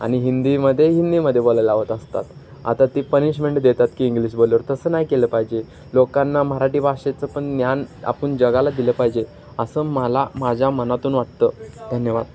आणि हिंदीमध्ये हिंदीमध्ये बोलायला लावत असतात आता ती पनिशमेंट देतात की इंग्लिश बोलवर तसं नाही केलं पाहिजे लोकांना मराठी भाषेचं पण ज्ञान आपण जगाला दिलं पाहिजे असं मला माझ्या मनातून वाटतं धन्यवाद